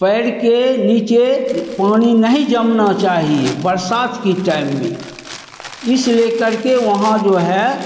पेड़ के नीचे पानी नहीं जमना चाहिए बरसात की टाइम में इस लेकर के वहाँ जो है